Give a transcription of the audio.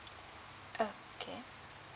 okay